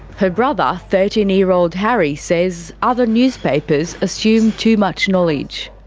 her brother, thirteen year old harry, says other newspapers assume too much knowledge.